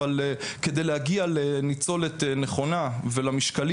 אבל כדי להגיע לניצולת נכונה ולמשקלים